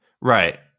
Right